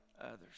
others